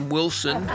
Wilson